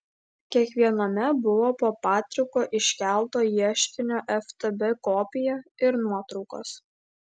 kiekviename buvo po patriko iškelto ieškinio ftb kopiją ir nuotraukos